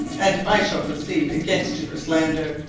and i shall proceed against you for slander.